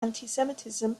antisemitism